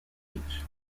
each